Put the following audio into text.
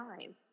time